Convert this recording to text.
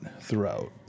throughout